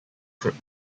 could